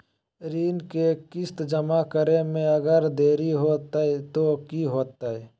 ऋण के किस्त जमा करे में अगर देरी हो जैतै तो कि होतैय?